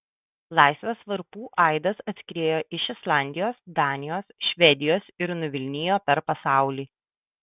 laisvės varpų aidas atskriejo iš islandijos danijos švedijos ir nuvilnijo per pasaulį